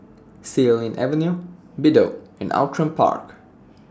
Xilin Avenue Bedok and Outram Park